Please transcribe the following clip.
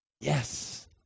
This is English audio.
Yes